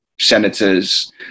senators